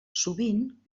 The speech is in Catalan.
sovint